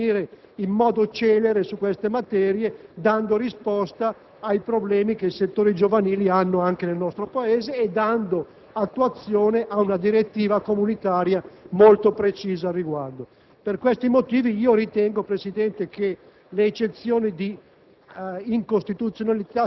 dell'attenzione da parte del nostro Governo di intervenire in modo celere su queste materie, dando risposta ai problemi che i settori giovanili hanno anche nel nostro Paese ed attuazione ad una direttiva comunitaria molto precisa al riguardo. Per questi motivi ritengo che